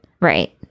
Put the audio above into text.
Right